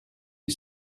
you